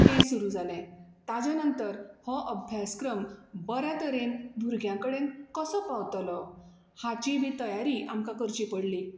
तें सुरू जालें ताज्या नंतर हो अभ्यासक्रम बऱ्या तरेन भुरग्यां कडेन कसो पावतलो हाची बी तयारी आमकां करची पडली